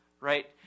Right